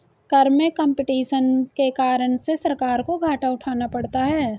कर में कम्पटीशन के कारण से सरकार को घाटा उठाना पड़ता है